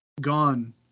gone